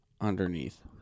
underneath